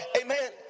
Amen